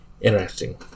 interesting